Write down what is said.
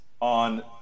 on